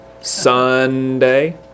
Sunday